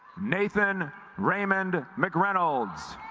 nathan raymond mcreynolds